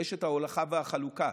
רשת ההולכה והחלוקה.